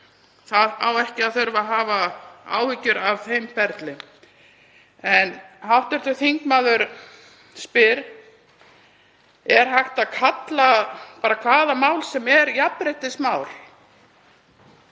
Það á ekki að þurfa að hafa áhyggjur af þeim ferli. En hv. þingmaður spyr: Er hægt að kalla hvaða mál sem er jafnréttismál?